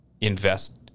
invest